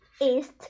east